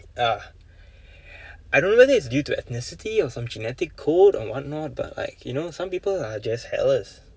ah I don't know whether it's due to ethnicity or some genetic code and what not but like you know some people are just hairless